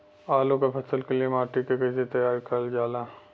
आलू क फसल के लिए माटी के कैसे तैयार करल जाला?